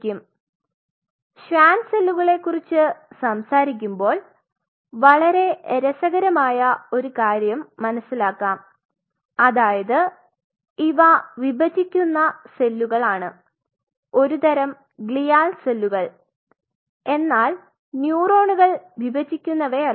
ഇപ്പോൾ ഷ്വാൻ സെല്ലുകളെക്കുറിച്ച് സംസാരിക്കുമ്പോൾ വളരെ രസകരമായ ഒരു കാര്യം മനസിലാകാം അതായത് ഇവ വിഭജിക്കുന്ന സെല്ലുകളാണ് ഒരു തരം ഗ്ലിയാൽ സെല്ലുകൾ എന്നാൽ ന്യൂറോൻസുകൾ വിഭജിക്കുന്നവയല്ല